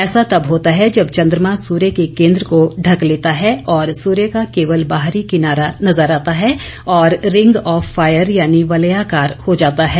ऐसा तब होता है जब चंद्रमा सूर्य के केन्द्र को ढक लेता है और सूर्य का केवल बाहरी किनारा नजर आता है और रिंग ऑफ फायर यानी वलयाकार हो जाता है